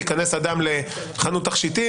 ייכנס אדם לחנות תכשיטים,